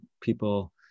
people